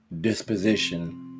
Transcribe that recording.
disposition